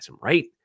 right